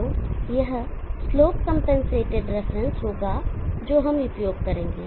तो यह slope compensated reference होगा जो हम उपयोग करेंगे